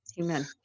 Amen